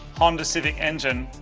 honda civic engine,